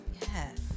Yes